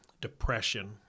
Depression